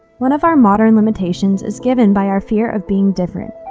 one of our modern limitations is given by our fear of being different,